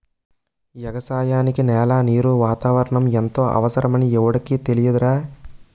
ఎగసాయానికి నేల, నీరు, వాతావరణం ఎంతో అవసరమని ఎవుడికి తెలియదురా